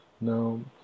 No